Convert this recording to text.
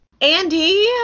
Andy